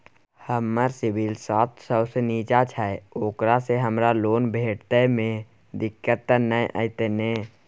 हमर सिबिल सात सौ से निचा छै ओकरा से हमरा लोन भेटय में दिक्कत त नय अयतै ने?